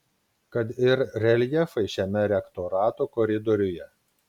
kad ir reljefai šiame rektorato koridoriuje